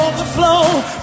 Overflow